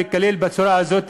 גם בצורה הזאת.